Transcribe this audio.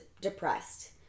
depressed